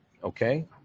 okay